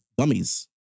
Gummies